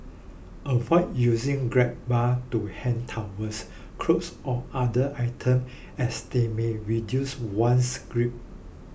avoid using grab bar to hang towels clothes or other items as they may reduce one's grip